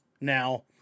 now